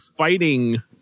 Fighting